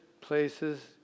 places